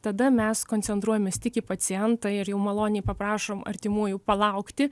tada mes koncentruojamės tik į pacientą ir jau maloniai paprašom artimųjų palaukti